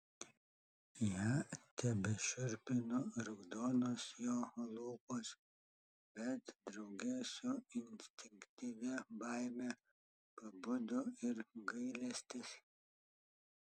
ją tebešiurpino raudonos jo lūpos bet drauge su instinktyvia baime pabudo ir gailestis